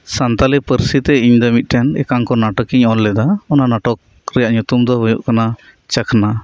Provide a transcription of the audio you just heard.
ᱥᱟᱱᱛᱟᱲᱤ ᱯᱟᱹᱨᱥᱤ ᱛᱮ ᱤᱧ ᱫᱚ ᱢᱤᱫᱴᱟᱱ ᱮᱠᱟᱝᱠᱚ ᱱᱟᱴᱚᱠ ᱤᱧ ᱚᱞ ᱞᱮᱫᱟ ᱚᱱᱟ ᱱᱟᱴᱚᱠ ᱨᱮᱭᱟᱜ ᱧᱩᱛᱩᱢ ᱫᱚ ᱦᱩᱭᱩᱜ ᱠᱟᱱᱟ ᱪᱟᱠᱷᱱᱟ